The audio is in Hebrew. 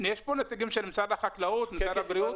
יש פה נציגים של משרד החקלאות והבריאות?